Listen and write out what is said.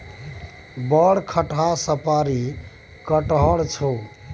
बड़ खटहा साफरी कटहड़ छौ